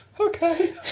Okay